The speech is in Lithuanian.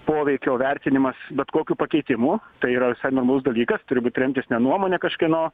poveikio vertinimas bet kokių pakeitimų tai yra visai normalus dalykas turbūt remtis ne nuomone kažkieno